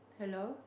hello